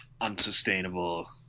unsustainable